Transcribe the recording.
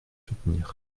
soutenir